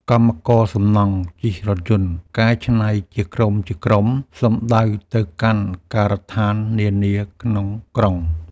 កម្មករសំណង់ជិះរថយន្តកែច្នៃជាក្រុមៗសំដៅទៅកាន់ការដ្ឋាននានាក្នុងក្រុង។